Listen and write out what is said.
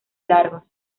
largos